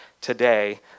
today